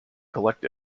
collect